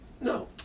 No